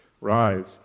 Rise